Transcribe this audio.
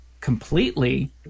completely